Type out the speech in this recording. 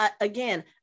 again